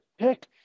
pick